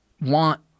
want